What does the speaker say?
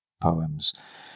poems